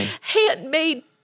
handmade